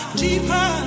deeper